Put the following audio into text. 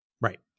Right